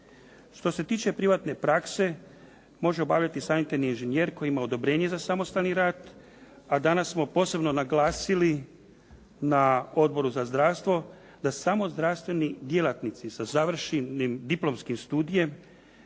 Što se tiče privatne prakse može obavljati sanitarni inženjer koji ima odobrenje za samostalni rad, a danas smo posebno naglasili na Odboru za zdravstvo da samo zdravstveni djelatnici sa završenim diplomskim studijem,